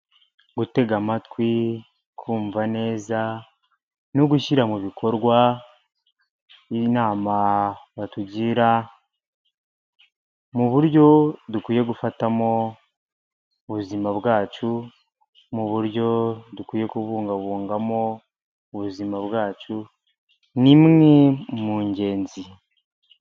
Gutega amatwi ukumva neza no gushyira mu bikorwa n'inama batugira, mu buryo dukwiye gufatamo ubuzima bwacu, mu buryo dukwiye kubungabungamo ubuzima bwacu, ni imwe mu ngenzi.